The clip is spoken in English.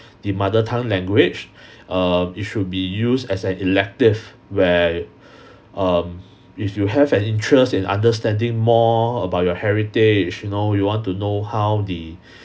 the mother tongue language err it should be used as an elective where um if you have an interest in understanding more about your heritage you know you want to know how the